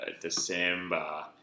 December